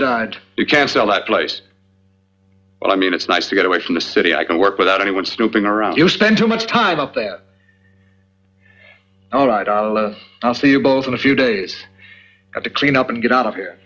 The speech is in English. died you can sell that place but i mean it's nice to get away from the city i can work without anyone snooping around you spend too much time up there all right i'll see you both in a few days have to clean up and get out of here